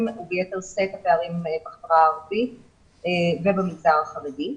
דובר וביתר שאת הפערים בחברה הערבית ובמגזר החרדי.